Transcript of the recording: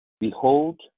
Behold